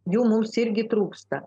jų mums irgi trūksta